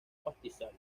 pastizal